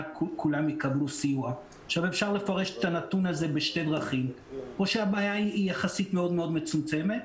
אפשר לפרש את הנתון הזה בשתי דרכים או שהבעיה יחסית מאוד מאוד מצומצמת,